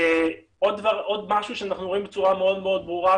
עוד משהו שאנחנו רואים בצורה מאוד ברורה,